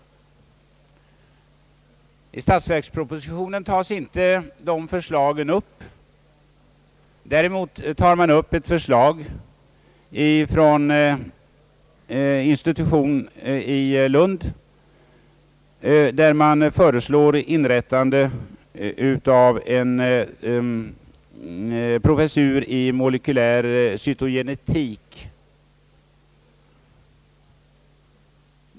I statsverkspropositionen har dessa förslag inte tagits upp. Däremot begäres i statsverkspropositionen, efter förslag av biologisk-geografiska sektionen vid universitetet i Lund, inrättande av en professur i molekylär cytogenetik.